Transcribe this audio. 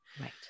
Right